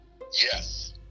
Yes